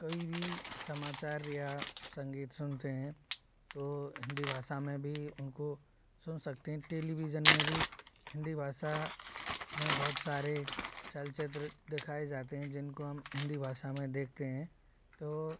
कहीं भी समाचार या संगीत सुनते हैं तो हिंदी भाषा में भी उनको सुन सकते हैं टेलीविज़न में भी हिंदी भाषा में बहुत सारे चलचित्र दिखाएँ जाते हैं जिनको हम हिंदी भाषा में देखते हैं तो